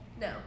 No